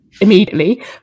immediately